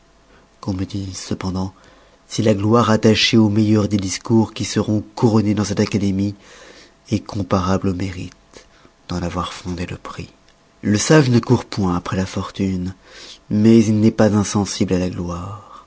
qu'on me dise cependant si la gloire attachée au meilleur des discours qui seront couronnés dans cette académie est comparable au mérite d'en avoir fondé le prix le sage ne court point après la fortune mais il n'est pas insensible à la gloire